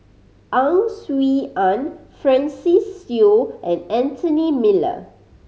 Ang Swee Aun Francis Seow and Anthony Miller